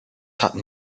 hatten